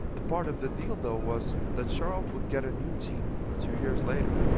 the part of the deal though was that charlotte would get a new team two years later.